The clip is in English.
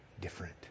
different